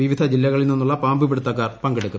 വിവിധ ജില്ലകളിൽ നിന്നുള്ള പാമ്പ് പിടുത്തിക്കാർ പങ്കെടുക്കും